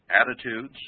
attitudes